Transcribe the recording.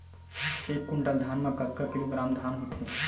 एक कुंटल धान में कतका किलोग्राम धान होथे?